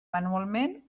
manualment